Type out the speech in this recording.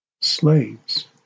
Slaves